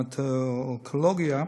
המטו-אונקולוגיה,